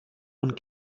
und